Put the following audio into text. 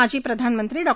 माजी प्रधानमंत्री डॉ